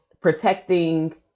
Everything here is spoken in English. protecting